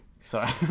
Sorry